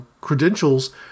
credentials—